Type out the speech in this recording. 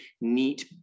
neat